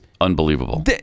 Unbelievable